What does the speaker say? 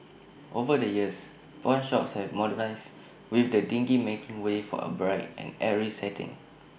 over the years pawnshops have modernised with the dingy making way for A bright and airy setting